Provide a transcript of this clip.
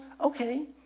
okay